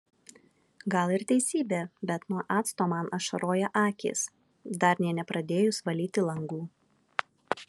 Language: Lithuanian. gal ir teisybė bet nuo acto man ašaroja akys dar nė nepradėjus valyti langų